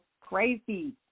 crazy